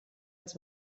els